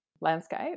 landscape